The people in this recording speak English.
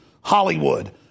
Hollywood